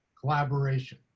collaboration